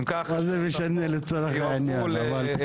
הצבעה בעד